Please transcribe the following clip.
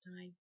time